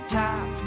top